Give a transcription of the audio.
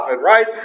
Right